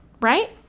right